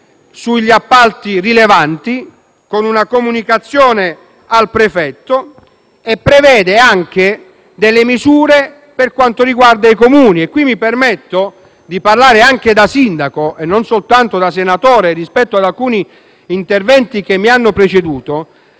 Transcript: sugli appalti rilevanti, con una comunicazione al prefetto, nonché delle misure per quanto riguarda i Comuni. E qui mi permetto di parlare anche da sindaco, non soltanto da senatore, rispetto ad alcuni interventi che mi hanno preceduto: